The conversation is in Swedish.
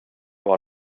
var